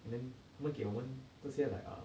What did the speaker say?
and then 他们给我们这些 like ah